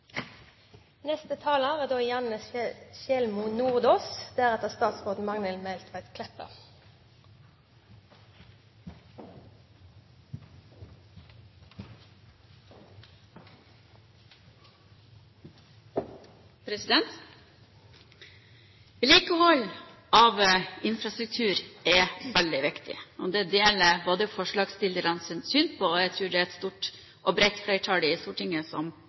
Vedlikehold av infrastruktur er veldig viktig, det deler jeg forslagsstillernes syn på. Jeg tror at et stort og bredt flertall i Stortinget